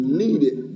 needed